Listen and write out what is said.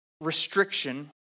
restriction